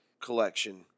collection